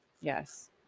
Yes